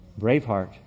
Braveheart